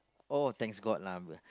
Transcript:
oh thanks god lah